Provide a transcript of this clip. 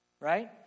right